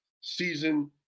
season